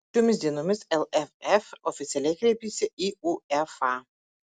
šiomis dienomis lff oficialiai kreipėsi į uefa